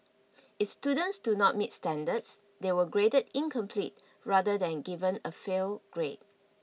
if students do not meet standards they were graded incomplete rather than given a fail grade